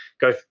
go